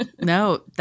No